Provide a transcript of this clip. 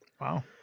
Wow